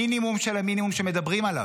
המינימום של המינימום שמדברים עליו.